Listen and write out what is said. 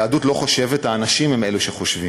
היהדות לא חושבת, האנשים הם אלה שחושבים.